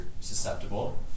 susceptible